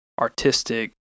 artistic